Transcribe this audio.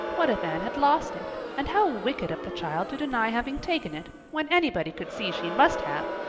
what if anne had lost it? and how wicked of the child to deny having taken it, when anybody could see she must have!